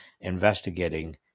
investigating